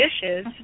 dishes